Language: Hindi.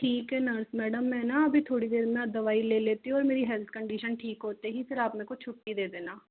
ठीक है नर्स मैडम मैं न अभी थोड़ी देर में दवाई ले लेती हूँ और मेरी हेल्थ कंडीशन ठीक होते ही फिर आप मेरे को छुट्टी दे देना